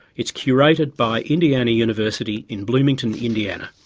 it's curated by indiana university in bloomington, indiana,